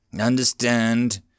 understand